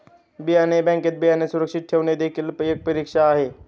बियाणे बँकेत बियाणे सुरक्षित ठेवणे देखील एक परीक्षा आहे